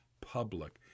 public